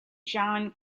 john